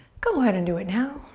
go ahead and do it now.